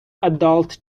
adult